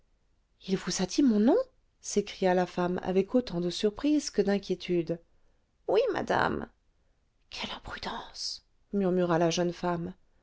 il vous a dit mon nom s'écria la femme avec autant de surprise que d'inquiétude oui madame quelle imprudence murmura la jeune femme